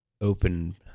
open